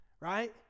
right